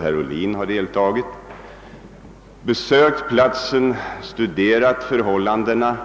herr Ohlin deltog naturligtvis i diskussionerna — har jag besökt platsen och studerat förhållandena.